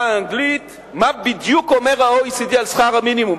האנגלית מה בדיוק הוא אומר על שכר המינימום.